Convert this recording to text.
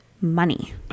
Money